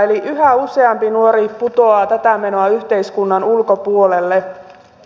eli yhä useampi nuori putoaa tätä menoa yhteiskunnan ulkopuolelle